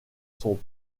son